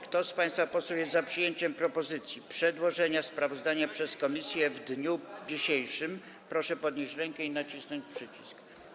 Kto z państwa posłów jest za przyjęciem propozycji przedłożenia sprawozdania przez komisję w dniu dzisiejszym, proszę podnieść rękę i nacisnąć przycisk.